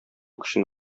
көчен